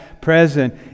present